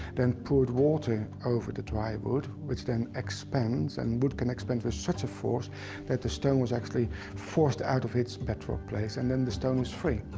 then poured water over the dry wood, which then expands. and wood can expand with such a force that the stone was actually forced out of its place. and then the stone was free.